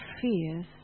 fears